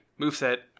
moveset